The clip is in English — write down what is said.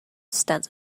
stands